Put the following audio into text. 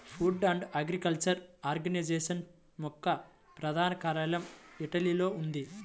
food and agriculture organisation యొక్క ప్రధాన కార్యాలయం ఇటలీలో ఉంది